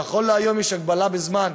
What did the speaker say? נכון להיום יש הגבלה בזמן,